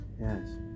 yes